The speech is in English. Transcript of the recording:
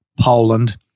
Poland